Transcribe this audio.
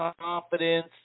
confidence